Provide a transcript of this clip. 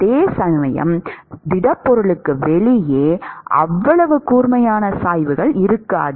அதே சமயம் திடப்பொருளுக்கு வெளியே அவ்வளவு கூர்மையான சாய்வுகள் இருக்காது